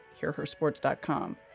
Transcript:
hearhersports.com